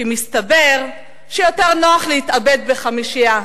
כי מסתבר שיותר נוח להתאבד בחמישייה.